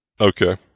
Okay